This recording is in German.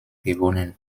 gewonnen